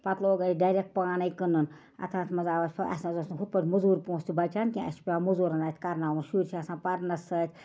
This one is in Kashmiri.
پتہٕ لوگ اَسہِ ڈٮ۪رٮ۪ک پانَے کٕنُن اتھ اتھ منٛز آو اَسہِ فٔہ اَسہِ حظ اوس نہٕ ہُتھ پٲٹھۍ مُزوٗر پونٛسہِ تہِ پچان کیٚنٛہہ اَسہِ چھُ پٮ۪وان مُزوٗرن اَتھِ کرناوُن شُرۍ چھِ آسان پَرنس سۭتۍ